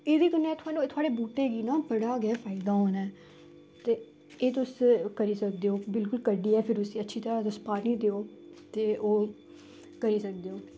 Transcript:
एह्दे कन्नै थुआढ़े बूह्टे गी ना बड़ा गै फायदा होना ऐ ते एह् तुस करी सकदे ओ बिलकुल कड्ढियै उस अच्छी तरह तुस पानी देओ ते ओह् करी सकदे ओ